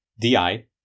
DI